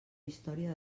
història